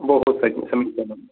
बहु सम्यक् समीचिनं